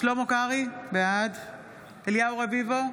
שלמה קרעי, בעד אליהו רביבו,